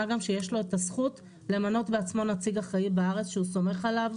מה גם שיש לו את הזכות למנות בעצמו נציג אחראי בארץ שהוא סומך עליו,